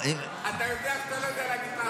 אתה יודע שאתה לא יודע להגיד.